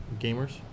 gamers